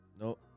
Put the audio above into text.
No